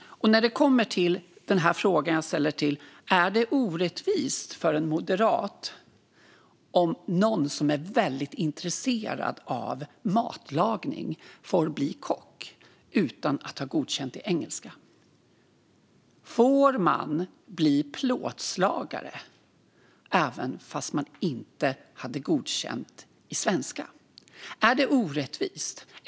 Är det för en moderat orättvist om någon som är väldigt intresserad av matlagning får bli kock utan att ha godkänt i engelska? Får man bli plåtslagare även om man inte har godkänt i svenska? Är det orättvist?